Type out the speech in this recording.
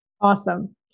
Awesome